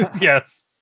Yes